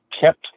kept